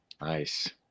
Nice